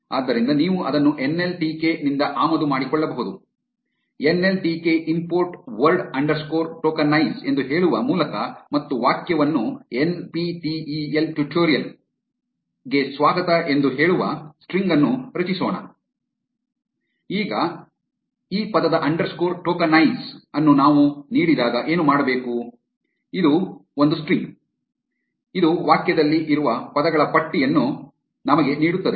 ಆದ್ದರಿಂದ ನೀವು ಅದನ್ನು ಎನ್ ಎಲ್ ಟಿ ಕೆ ನಿಂದ ಆಮದು ಮಾಡಿಕೊಳ್ಳಬಹುದು N L T K import word underscore tokenize ಎಂದು ಹೇಳುವ ಮೂಲಕ ಮತ್ತು ವಾಕ್ಯವನ್ನು N P T E L tutorial ಗೆ ಸ್ವಾಗತ ಎಂದು ಹೇಳುವ ಸ್ಟ್ರಿಂಗ್ ಅನ್ನು ರಚಿಸೋಣ ಈಗ ಈ ಪದದ ಅಂಡರ್ಸ್ಕೋರ್ ಟೋಕನೈಸ್ ಅನ್ನು ನಾವು ನೀಡಿದಾಗ ಏನು ಮಾಡಬೇಕು ಇದು ಒಂದು ಸ್ಟ್ರಿಂಗ್ ಇದು ವಾಕ್ಯದಲ್ಲಿ ಇರುವ ಪದಗಳ ಪಟ್ಟಿಯನ್ನು ನಮಗೆ ನೀಡುತ್ತದೆ